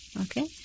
Okay